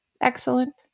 Excellent